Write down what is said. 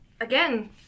Again